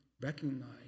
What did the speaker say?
recognize